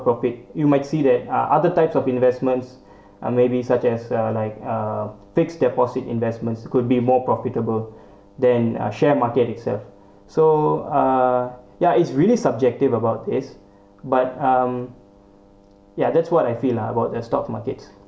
profit you might see that uh other types of investments uh maybe such as a like a fixed deposit investments could be more profitable than uh share market itself so uh ya it's really subjective about this but um ya that's what I feel lah about the stock markets